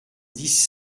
dix